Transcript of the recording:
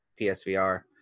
PSVR